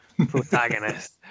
Protagonist